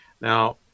Now